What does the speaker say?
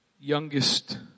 youngest